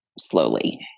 slowly